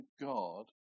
God